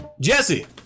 Jesse